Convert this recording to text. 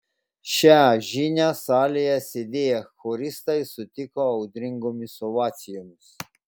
šią žinią salėje sėdėję choristai sutiko audringomis ovacijomis